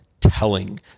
telling